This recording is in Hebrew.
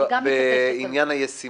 שאלה: האם יהיה הבדל מבחינת היישום?